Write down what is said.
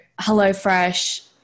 HelloFresh